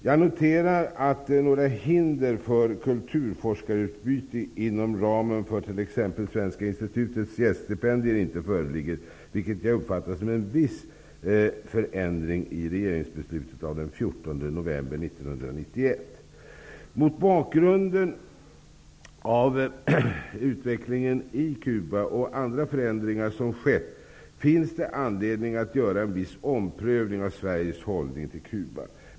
Jag noterar att några hinder mot kultur och forskarutbyte inom ramen för t.ex. Svenska Institutets gäststipendier inte föreligger, vilket jag uppfattar som en viss förändring i regeringsbeslutet av den 14 november 1991. Mot bakgrund av utvecklingen i Cuba och andra förändringar, finns det anledning att göra en viss omprövning av Sveriges hållning till Cuba.